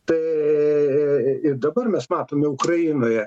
tai ir dabar mes matome ukrainoje